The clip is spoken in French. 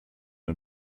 une